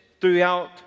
throughout